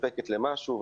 מספקת למשהו,